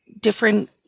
different